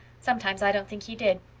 sometimes i don't think he did.